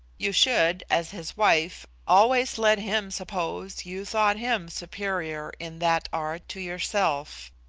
you should, as his wife, always let him suppose you thought him superior in that art to yourself.